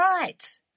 right